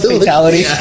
fatality